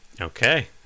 Okay